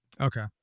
Okay